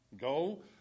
go